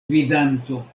gvidanto